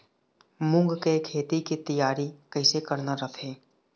मूंग के खेती के तियारी कइसे करना रथे?